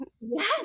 Yes